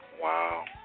Wow